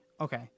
Okay